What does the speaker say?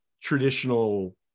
traditional